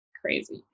crazy